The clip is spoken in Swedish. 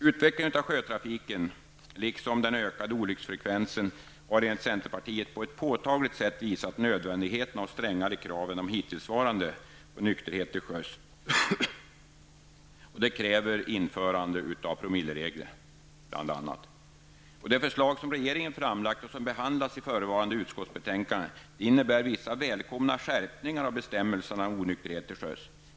Utvecklingen av sjötrafiken liksom den ökade olycksfrekvensen har enligt centerpartiet på ett påtagligt sätt visat på nödvändigheten av att strängare krav än de hittillsvarande på nykterhet till sjöss införs, vilket bl.a. kräver införande av promilleregler. Det förslag som regeringen framlagt och som behandlas i förevarande utskottsbetänkande innebär vissa välkomna skärpningar av bestämmelserna om onykterhet till sjöss.